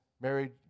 married